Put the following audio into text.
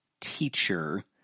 teacher